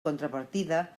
contrapartida